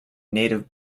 native